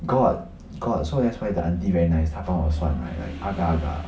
got got so that's why the aunty very nice 她帮我算 right like agar agar